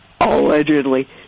Allegedly